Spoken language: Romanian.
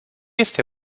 este